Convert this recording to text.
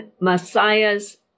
Messiah's